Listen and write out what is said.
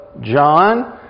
John